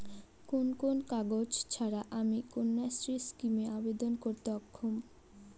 কোন কোন কাগজ ছাড়া আমি কন্যাশ্রী স্কিমে আবেদন করতে অক্ষম?